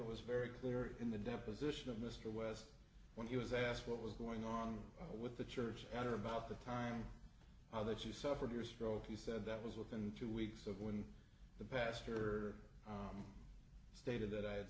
it was very clear in the deposition of mr west when he was asked what was going on with the church at or about the time that you suffered your stroke he said that was within two weeks of when the pastor stated that i had